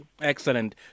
Excellent